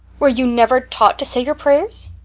were you never taught to say your prayers?